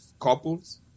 couples